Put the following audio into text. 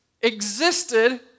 existed